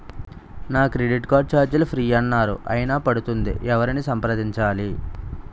నా credit card ఛార్జీలు free అన్నారు అయినా పడుతుంది ఎవరిని సంప్రదించాలి?